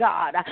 God